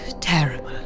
terrible